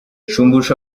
shumbusho